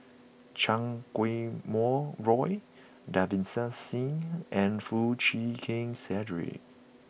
Chan Kum Wah Roy Davinder Singh and Foo Chee Keng Cedric